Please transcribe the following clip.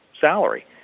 salary